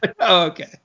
Okay